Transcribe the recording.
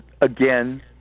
again